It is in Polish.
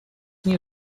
nie